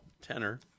tenor